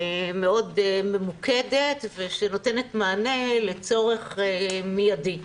מאוד ממוקדת ושנותנת מענה לצורך מיידי,